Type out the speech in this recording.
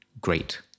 great